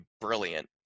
brilliant